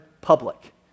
public